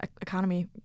economy